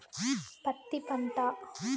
పత్తి పంట